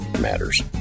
matters